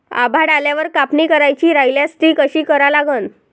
आभाळ आल्यावर कापनी करायची राह्यल्यास ती कशी करा लागन?